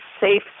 safe